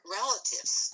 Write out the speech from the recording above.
relatives